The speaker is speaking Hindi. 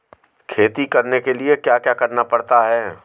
खेती करने के लिए क्या क्या करना पड़ता है?